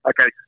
Okay